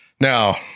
Now